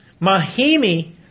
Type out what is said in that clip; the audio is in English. Mahimi